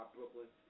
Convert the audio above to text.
Brooklyn